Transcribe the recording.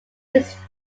his